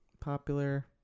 popular